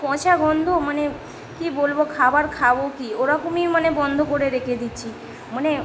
পচা গন্ধ মানে কী বলব খাবার খাব কী ওরকমই মানে বন্ধ করে রেখে দিয়েছি মানে